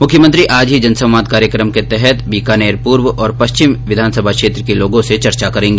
मुख्यमंत्री आज ही जनसंवाद कार्यक्रम के तहत बीकानेर पूर्व और पश्चिम विधानसभा क्षेत्र के लोगों से चर्चा करेगी